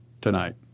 tonight